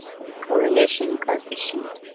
correlation coefficient.